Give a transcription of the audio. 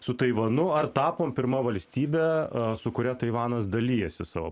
su taivanu ar tapom pirma valstybe su kuria taivanas dalijasi savo